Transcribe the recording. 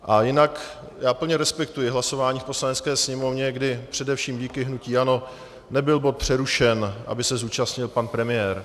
A jinak plně respektuji hlasování v Poslanecké sněmovně, kdy především díky hnutí ANO nebyl bod přerušen, aby se zúčastnil pan premiér.